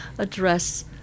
Address